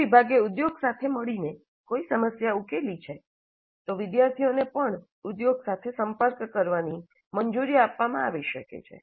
જો વિભાગે ઉદ્યોગ સાથે મળીને કોઈ સમસ્યા ઉકેલી છે તો વિદ્યાર્થીઓને પણ ઉદ્યોગ સાથે સંપર્ક કરવાની મંજૂરી આપવામાં આવી શકે છે